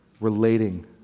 relating